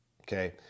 Okay